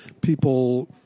people